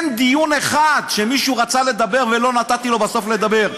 אין דיון אחד שמישהו רצה לדבר ולא נתתי לו בסוף לדבר.